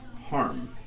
harm